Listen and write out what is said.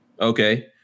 Okay